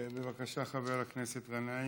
בבקשה, חבר הכנסת גנאים.